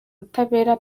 butabera